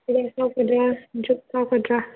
ꯍꯤꯗꯥꯛ ꯀꯥꯞꯀꯗ꯭ꯔ ꯗ꯭ꯔꯤꯞ ꯀꯥꯞꯀꯗ꯭ꯔ